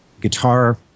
guitar